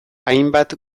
hainbat